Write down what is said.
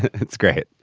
it's great